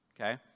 okay